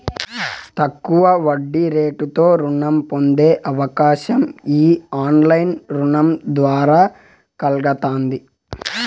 తక్కువ వడ్డీరేటుతో రుణం పొందే అవకాశం ఈ ఆన్లైన్ రుణం ద్వారా కల్గతాంది